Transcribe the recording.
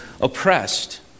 oppressed